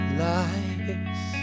lies